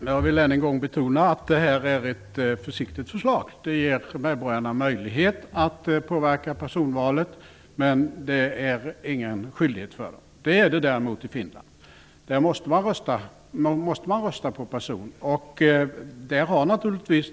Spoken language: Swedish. Herr talman! Jag vill än en gång betona att det här är ett försiktigt förslag. Det ger medborgarna möjlighet att påverka personvalet, men det innebär ingen skyldighet. Så är det däremot i Finland. Där måste man rösta på person. Där har naturligtvis